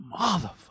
motherfucker